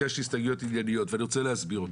הגשתי הסתייגויות ענייניות ואני רוצה להסביר אותן.